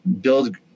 build